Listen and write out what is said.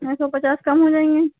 हाँ सौ पचास कम हो जाएंगे